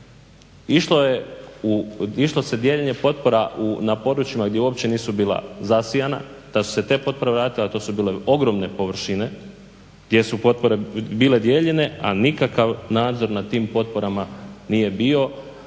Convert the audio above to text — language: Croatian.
Išlo se dijeljenje potpora na područjima gdje uopće nisu bila zasijana, da su se te potpore vratile, a to su bile ogromne površine gdje su potpore bile dijeljene a nikakav nadzor nad tim potporama nije bio,